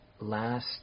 Last